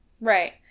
Right